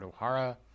Ohara